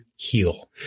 Heal